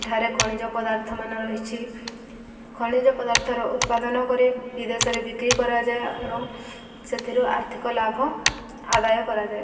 ଏଠାରେ ଖଣିଜ ପଦାର୍ଥ ମାନ ରହିଛି ଖଣିଜ ପଦାର୍ଥର ଉତ୍ପାଦନ କରି ବିଦେଶରେ ବିକ୍ରି କରାଯାଏ ଏବଂ ସେଥିରୁ ଆର୍ଥିକ ଲାଭ ଆଦାୟ କରାଯାଏ